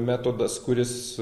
metodas kuris